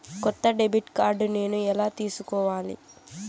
కొత్త debit card నేను ఎలా తీసుకోవాలి?